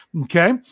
Okay